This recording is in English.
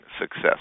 success